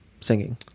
singing